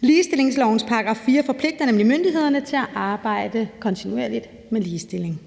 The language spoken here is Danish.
Ligestillingslovens § 4 forpligter nemlig myndighederne til at arbejde kontinuerligt med ligestilling.